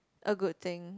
a good thing